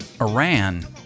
Iran